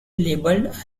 labeled